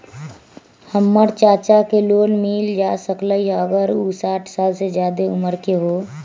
हमर चाचा के लोन मिल जा सकलई ह अगर उ साठ साल से जादे उमर के हों?